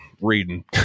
reading